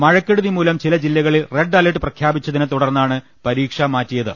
മഴ ക്കെടുതി മൂലം ചില ജില്ലകളിൽ റെഡ് അലർട്ട് പ്രഖ്യാപിച്ചതിനെതു ടർന്നാണ് പരീക്ഷ മാറ്റിയത്